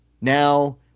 Now